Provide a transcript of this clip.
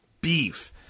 beef